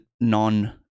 non